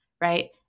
Right